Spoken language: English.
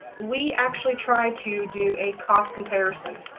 we actually try to do a cost comparison.